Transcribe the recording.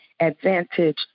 advantage